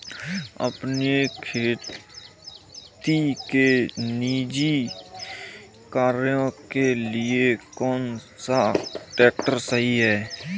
अपने खेती के निजी कार्यों के लिए कौन सा ट्रैक्टर सही है?